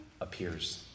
appears